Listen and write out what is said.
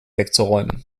wegzuräumen